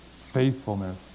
faithfulness